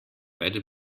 beide